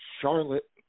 Charlotte